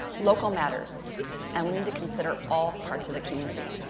local matters and we need to consider all parts of the community.